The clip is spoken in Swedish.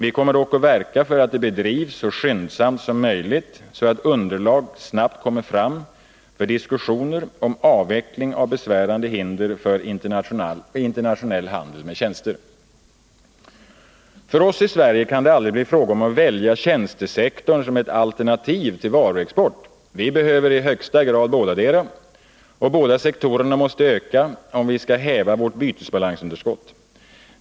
Vi kommer dock att verka för att det bedrivs så skyndsamt som möjligt, så att underlag snabbt kommer fram för diskussioner om avveckling av besvärande hinder för internationell handel med tjänster. För oss i Sverige kan det aldrig bli fråga om att välja tjänstesektorn som ett alternativ till varuexport. Vi behöver i högsta grad bådadera, och båda sektorerna måste öka om vi skall häva vårt bytesbalansunderskott.